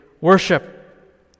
worship